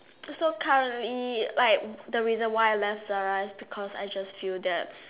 so currently like the reason why I left Zara because I just feel that